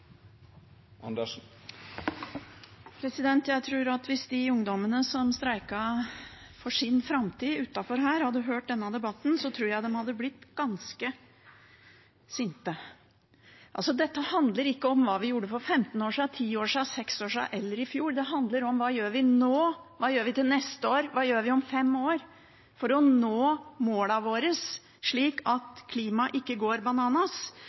Jeg tror at hvis de ungdommene som streiket for sin framtid utenfor her, hadde hørt denne debatten, hadde de blitt ganske sinte. Altså: Dette handler ikke om hva vi gjorde for 15 år siden, ti år siden, seks år siden eller i fjor, dette handler om hva vi gjør nå, hva vi gjør til neste år, hva vi gjør om fem år for å nå målene våre slik at klimaet ikke går